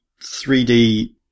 3D